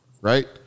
Right